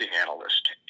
analyst